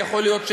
יכול להיות,